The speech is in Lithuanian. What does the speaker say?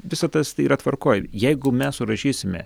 visa tas yra tvarkoj jeigu mes surašysime